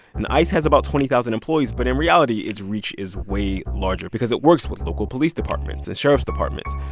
and ice has about twenty thousand employees. but in reality, its reach is way larger because it works with local police departments and sheriff's departments.